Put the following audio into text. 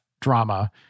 drama